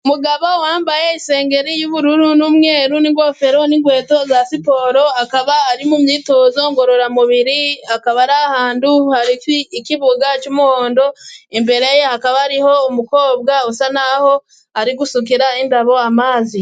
Umugabo wambaye isengeri y'ubururu n'umweru n'ingofero n'inkweto za siporo bari mu myitozo ngororamubiri, hari ikibuga cy'umuhondo imbere hakaba hari umukobwa usa naho ari gusukira indabo amazi.